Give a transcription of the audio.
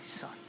son